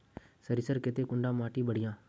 सरीसर केते कुंडा माटी बढ़िया?